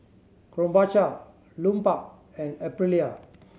Krombacher Lupark and Aprilia